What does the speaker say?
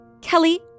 Kelly